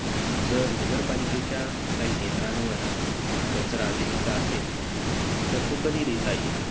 जर नगरपालिकेच्या काही केंद्रांवर हा कचरा द्यायचा असेल तर तो कधी देता येईल